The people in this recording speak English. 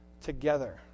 together